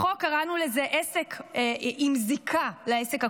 בחוק קראנו לזה עסק עם זיקה לעסק הקודם,